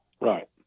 Right